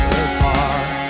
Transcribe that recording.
apart